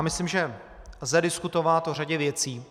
Myslím, že lze diskutovat o řadě věcí.